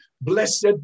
blessed